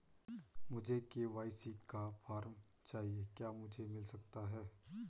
मुझे के.वाई.सी का फॉर्म चाहिए क्या मुझे मिल सकता है?